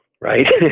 right